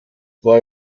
war